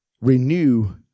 renew